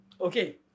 Okay